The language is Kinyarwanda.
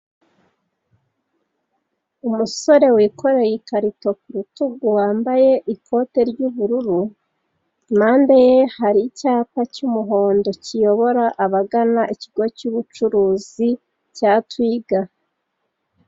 Umusore wikoreye ikarito ku rutugu, wambaye ikote ry'ubururu; impande ye hari icyapa cy'umuhondo kiyobora abagana ikigo cy'ubucuruzi cya Twiga.